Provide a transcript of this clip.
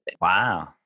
Wow